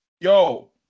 Yo